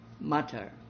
matter